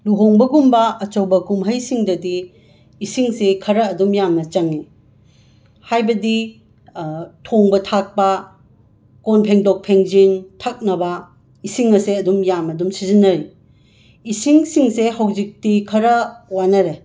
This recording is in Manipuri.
ꯂꯨꯍꯣꯡꯕꯒꯨꯝꯕ ꯑꯆꯧꯕ ꯀꯨꯝꯍꯩꯁꯤꯡꯗꯗꯤ ꯏꯁꯤꯡꯁꯤ ꯈꯔ ꯑꯗꯨꯝ ꯌꯥꯝꯅ ꯆꯪꯏ ꯍꯥꯏꯕꯗꯤ ꯊꯣꯡꯕ ꯊꯥꯛꯄ ꯀꯣꯟ ꯐꯦꯡꯗꯣꯛ ꯐꯦꯡꯖꯤꯟ ꯊꯛꯅꯕ ꯏꯁꯤꯡ ꯑꯁꯦ ꯑꯗꯨꯝ ꯌꯥꯝꯅ ꯁꯤꯖꯤꯟꯅꯩ ꯏꯁꯤꯡꯁꯤꯡꯁꯦ ꯍꯧꯖꯤꯛꯇꯤ ꯈꯔ ꯋꯥꯅꯔꯦ